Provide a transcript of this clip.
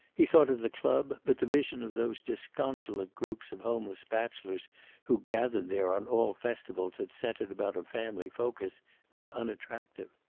he thought of the club, but the vision of those disconsolate groups of homeless bachelors who gathered there on all festivals that centered about a family focus was unattractive.